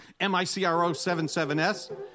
MICRO77S